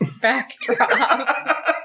backdrop